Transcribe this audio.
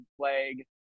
plague